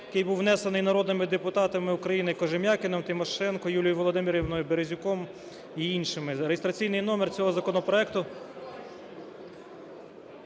який був внесений народними депутатами України Кожем'якіним, Тимошенко Юлією Володимирівною, Березюком і іншими. Реєстраційний номер цього законопроекту…